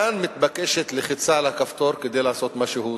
כאן מתבקשת לחיצה על הכפתור כדי לעשות משהו צודק.